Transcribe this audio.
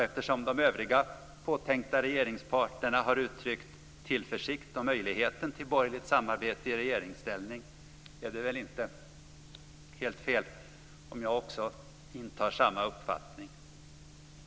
Eftersom de övriga påtänkta regeringspartnerna har uttryckt tillförsikt om möjligheten till borgerligt samarbete i regeringsställning är det väl inte helt fel om jag också har samma uppfattning.